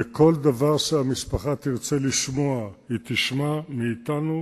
וכל דבר שהמשפחה תרצה לשמוע היא תשמע מאתנו,